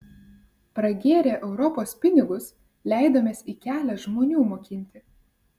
pragėrę europos pinigus leidomės į kelią žmonių mokinti